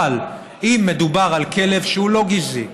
אבל אם מדובר על כלב שהוא לא גזעי,